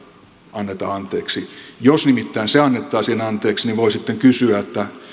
anneta anteeksi jos nimittäin se annettaisiin anteeksi niin voi sitten kysyä